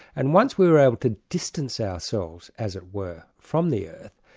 and once we were able to distance ourselves, as it were, from the earth,